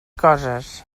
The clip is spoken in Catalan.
coses